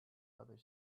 other